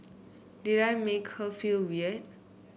did I make her feel weird